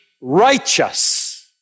righteous